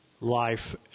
life